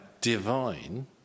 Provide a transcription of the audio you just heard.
divine